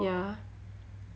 ya